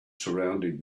surrounding